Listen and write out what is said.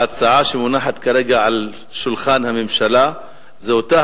ההצעה שמונחת כרגע על שולחן הממשלה זו אותה